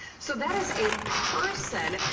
so that is a person,